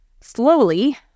Slowly